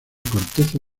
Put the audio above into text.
corteza